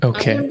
Okay